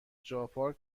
جاپارک